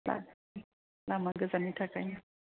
लामा गोजाननि थाखायनो